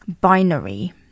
binary